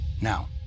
Now